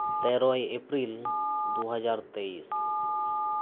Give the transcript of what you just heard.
ᱛᱮᱨᱚᱭ April ᱫᱩ ᱦᱟᱡᱟᱨ ᱛᱮᱭᱤᱥ